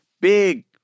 Big